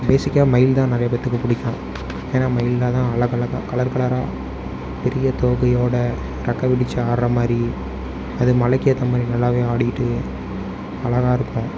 பேஸிக்காக மயில் தான் நிறைய பேருத்துக்கு பிடிக்கும் ஏன்னால் மயில்தான் நல்லா அழகழகாக கலர்கலராக பெரிய தோகையோட இறைக்க விரிச்சி ஆடுற மாதிரி அது மழைக்கேற்ற மாதிரி நல்லாவே ஆடிக்கிட்டு அழகாக இருக்கும்